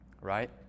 right